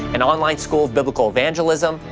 an online school of biblical evangelism,